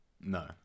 no